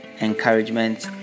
encouragement